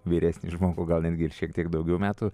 vyresnį žmogų gal netgi ir šiek tiek daugiau metų